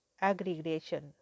aggregation